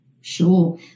sure